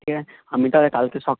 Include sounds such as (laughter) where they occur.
ঠিক আছে আমি তাহলে কালকে (unintelligible)